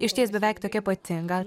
išties beveik tokia pati gal